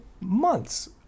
Months